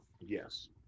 yes